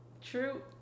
True